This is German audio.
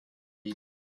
wiegt